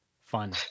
fun